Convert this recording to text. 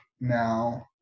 now